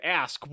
ask